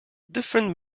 different